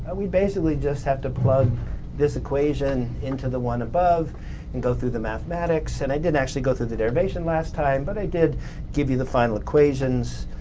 and we basically just have to plug this equation into the one above and go through the mathematics. and i didn't actually go through the derivation last time, but i did give you the final equations.